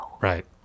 right